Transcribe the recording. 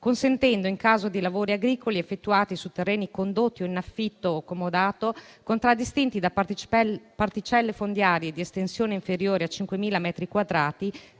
consentendo, in caso di lavori agricoli effettuati su terreni condotti in affitto o in comodato, contraddistinti da particelle fondiarie di estensione inferiore a 5.000 metri quadrati,